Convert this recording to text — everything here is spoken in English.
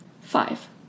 Five